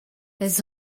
las